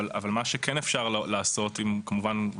אבל מה שכן אפשר לעשות אם הוא כמובן הוא